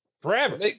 forever